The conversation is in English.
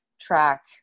track